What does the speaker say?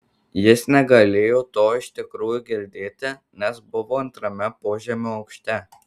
jis negalėjo to iš tikrųjų girdėti nes buvo antrame požemio aukšte